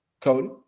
Cody